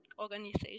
organization